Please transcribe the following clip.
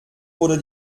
wurde